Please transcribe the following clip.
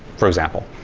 for example?